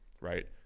right